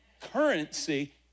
Currency